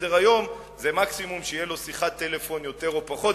לסדר-היום זה מקסימום שתהיה לו שיחת טלפון יותר או פחות,